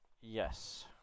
Yes